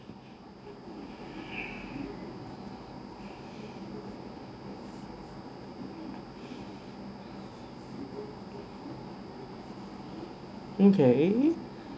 okay